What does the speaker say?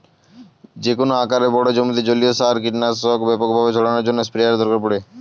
যেকোনো বড় আকারের জমিতে জলীয় সার ও কীটনাশক ব্যাপকভাবে ছড়ানোর জন্য স্প্রেয়ারের দরকার পড়ে